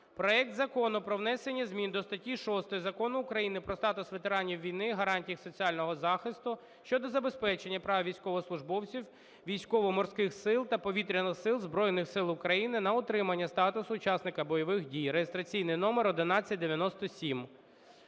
проект Закону про внесення змін до статті 6 Закону України "Про статус ветеранів війни, гарантії їх соціального захисту" (щодо забезпечення прав військовослужбовців Військово-морських сил та Повітряних сил Збройних Сил України на отримання статусу учасника бойових дій), (реєстраційний номер 1197).